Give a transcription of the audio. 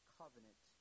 covenant